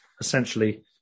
essentially